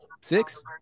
Six